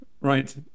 Right